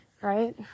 right